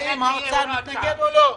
האם האוצר מתנגד או לא?